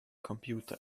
computer